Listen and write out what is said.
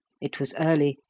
it was early,